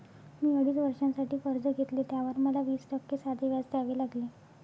मी अडीच वर्षांसाठी कर्ज घेतले, त्यावर मला वीस टक्के साधे व्याज द्यावे लागले